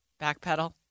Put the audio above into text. Backpedal